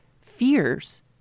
fears